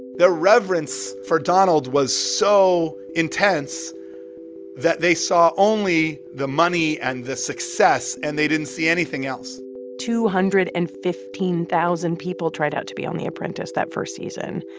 the reverence for donald was so intense that they saw only the money and the success. and they didn't see anything else two hundred and fifteen thousand people tried out to be on the apprentice that first season.